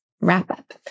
wrap-up